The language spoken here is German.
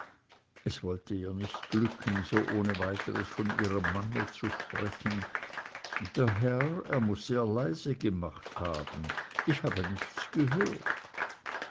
es wollte ihr nicht glücken so ohne weiteres von ihrem mann zu sprechen der herr er muß sehr leise gemacht haben ich habe nichts gehört